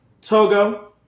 Togo